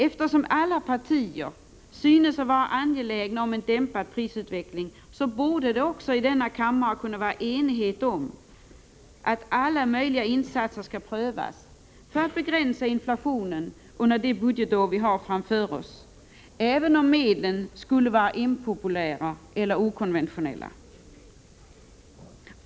Eftersom alla partier synes vara angelägna om en dämpad prisutveckling, bör det också i denna kammare kunna råda enighet om att alla möjliga insatser skall prövas för att begränsa inflationen under det budgetår som vi har framför oss, även om medlen är impopulära eller okonventionella.